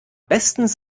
bestens